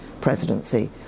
presidency